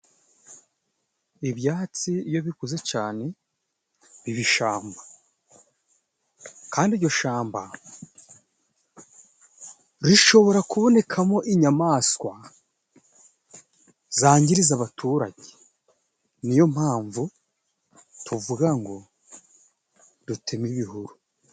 Ibyatsi iyo bikuze cane biba ishamba, kandi ijyo shamba rishobora kubonekamo inyamaswa zangiriza abaturage, niyo mpamvu tuvuga ngo duteme ibihuru.